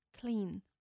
clean